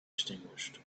extinguished